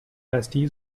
هستی